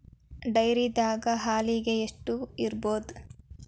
ಡೈರಿದಾಗ ಹಾಲಿಗೆ ಎಷ್ಟು ಇರ್ಬೋದ್?